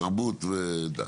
תרבות ודת.